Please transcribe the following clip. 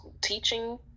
teaching